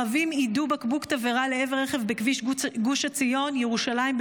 ערבים יידו בקבוק תבערה לעבר רכב בכביש גוש עציון ירושלים,